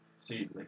See